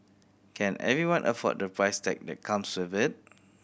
can everyone afford the price tag that comes with it